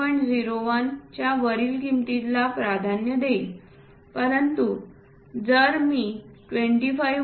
01 च्या वरील किंमतीला प्राधान्य देईल परंतु जर मी 25